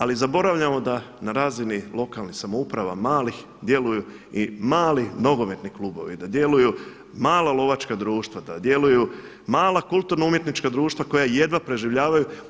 Ali zaboravljamo da na razini lokalnih samouprava malih djeluju i mali nogometni klubovi, da djeluju mala lovačka društva, da djeluju mala kulturno umjetnička društva koja jedva preživljavaju.